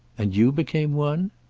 and you became one?